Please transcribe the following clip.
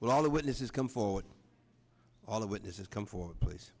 well all the witnesses come forward all the witnesses come forward pl